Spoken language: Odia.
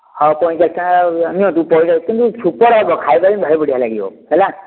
ହଉ ପଇଁଚାଲିଶ ଟଙ୍କା ନିଅନ୍ତୁ କିନ୍ତୁ ସୁପର୍ ହେବ ଖାଇଦେଲେ ଭାରି ବଢ଼ିଆ ଲାଗିବ ହେଲା